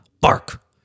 Bark